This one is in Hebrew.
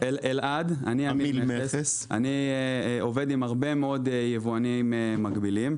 אני עמיל מכס ואני עובד עם הרבה מאוד יבואנים מקבילים.